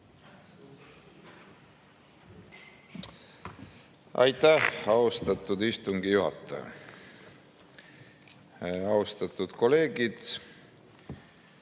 Aitäh, austatud istungi juhataja! Austatud kolleegid!